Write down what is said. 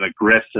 aggressive